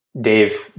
Dave